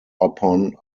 upon